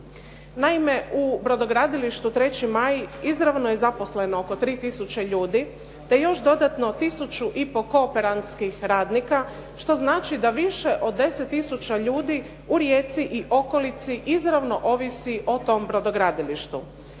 Naime, u brodogradilištu "3. maj" izravno je zaposleno oko 3 tisuće ljudi, te još dodatno tisuću i pol kooperantskih radnika što znači da više od 10 tisuća ljudi u Rijeci i okolici izravno ovisi o tom brodogradilištu.